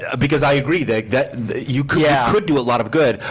ah because i agree, that that you could yeah could do a lot of good.